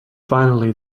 finally